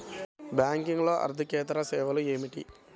బ్యాంకింగ్లో అర్దికేతర సేవలు ఏమిటీ?